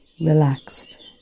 Relaxed